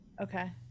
Okay